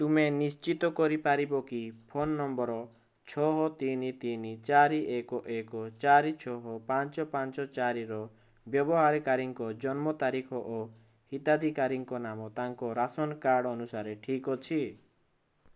ତୁମେ ନିଶ୍ଚିତ କରି ପାରିବ କି ଫୋନ ନମ୍ବର ଛଅ ତିନି ତିନି ଚାରି ଏକ ଏକ ଚାରି ଛଅ ପାଞ୍ଚ ପାଞ୍ଚ ଚାରିର ବ୍ୟବହାରକାରୀଙ୍କ ଜନ୍ମ ତାରିଖ ଓ ହିତାଧିକାରୀ ନାମ ତାଙ୍କ ରାସନ୍ କାର୍ଡ଼୍ ଅନୁସାରେ ଠିକ୍ ଅଛି